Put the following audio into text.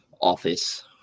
office